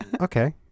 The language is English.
Okay